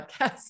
podcast